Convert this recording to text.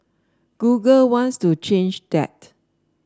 Google wants to change that